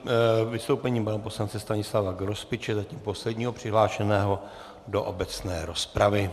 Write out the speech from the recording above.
Nyní vystoupení poslance Stanislava Grospiče, zatím posledního přihlášeného do obecné rozpravy.